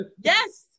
yes